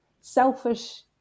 selfish